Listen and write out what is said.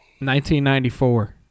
1994